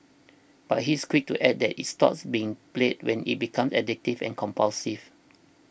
but he's quick to add that it stops being play when it becomes addictive and compulsive